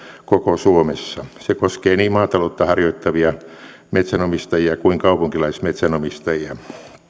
koko suomessa se koskee niin maataloutta harjoittavia metsänomistajia kuin kaupunkilaismetsänomistajia